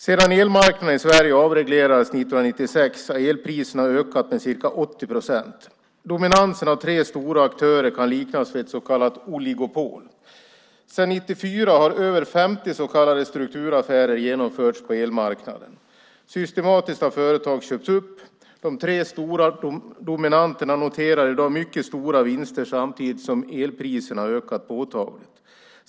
Sedan elmarknaden i Sverige avreglerades 1996 har elpriserna ökat med ca 80 procent. Dominansen av tre stora aktörer kan liknas vid ett så kallat oligopol. Sedan 1994 har över 50 så kallade strukturaffärer genomförts på elmarknaden. Systematiskt har företag köpts upp. De tre stora dominanterna noterar i dag mycket stora vinster, samtidigt som elpriserna har ökat påtagligt.